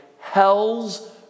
Hell's